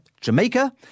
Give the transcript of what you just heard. Jamaica